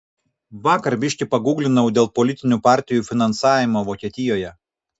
vakar biški pagūglinau dėl politinių partijų finansavimo vokietijoje